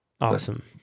Awesome